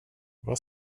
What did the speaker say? vad